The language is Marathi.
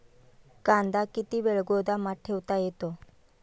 कांदा किती वेळ गोदामात ठेवता येतो?